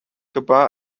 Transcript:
gebar